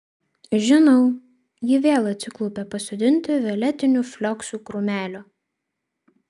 žinau ji vėl atsiklaupė pasodinti violetinių flioksų krūmelio